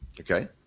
Okay